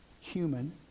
human